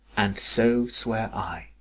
and so swear i.